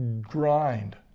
grind